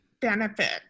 benefit